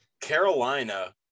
Carolina